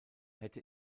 hätte